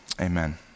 amen